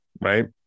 right